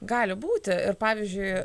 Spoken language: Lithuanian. gali būti ir pavyzdžiui